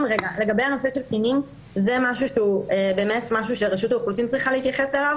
זה משהו שרשות האוכלוסין צריכה להתייחס אליו.